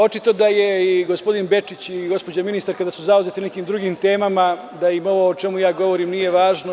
Očito da su i gospodin Bečić i gospođa ministarka zauzeti nekim drugim temama, da im ovo o čemu ja govorim nije važno…